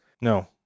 No